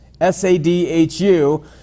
S-A-D-H-U